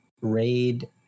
raid